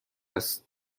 است